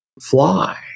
fly